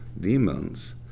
demons